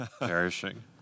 perishing